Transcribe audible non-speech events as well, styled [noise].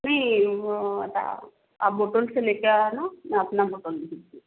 नहीं वो तो आप होटल से ले कर आना मैं अपना होटल [unintelligible] हूँ